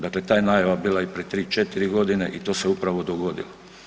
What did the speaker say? Dakle, ta je najava bila i prije 3-4.g. i to se upravo dogodilo.